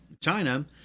China